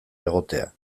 egotea